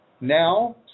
now